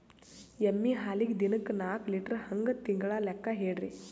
ಎಮ್ಮಿ ಹಾಲಿಗಿ ದಿನಕ್ಕ ನಾಕ ಲೀಟರ್ ಹಂಗ ತಿಂಗಳ ಲೆಕ್ಕ ಹೇಳ್ರಿ?